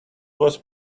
was